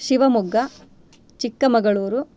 Shivamogga Chikkamagaluru